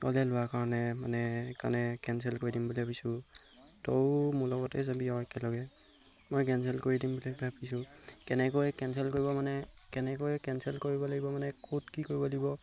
ক'লে লোৱাৰ কাৰণে মানে কাৰণে কেঞ্চেল কৰি দিম বুলি ভাবিছোঁ তইও মোৰ লগতে যাবি আৰু একেলগে মই কেঞ্চেল কৰি দিম বুলি ভাবিছোঁ কেনেকৈ কেঞ্চেল কৰিব মানে কেনেকৈ কেঞ্চেল কৰিব লাগিব মানে ক'ত কি কৰিব লাগিব